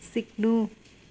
सिक्नु